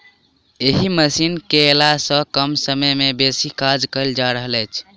एहि मशीन केअयला सॅ कम समय मे बेसी काज कयल जा रहल अछि